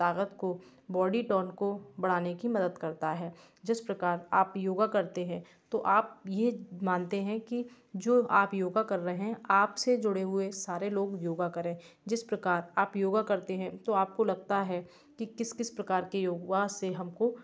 ताकत को body tone को बढ़ाने की मदत करता है जिस प्रकार आप योगा करते है तो आप यह मानते हैं कि जो आप योगा कर रहे हैं आप से जुड़े हुए सारे लोग योगा करें जिस प्रकार आप योगा करते हैं तो आपको लगता है कि किस किस प्रकार के योगा से हमको